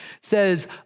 says